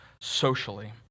socially